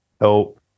help